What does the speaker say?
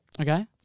Okay